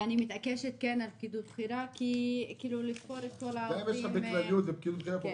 אני מתעקשת על הפקידות הבכירה -- גם אם יש --- ופקידות בכירה פחות